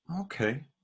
Okay